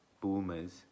boomers